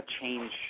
change